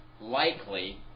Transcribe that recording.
likely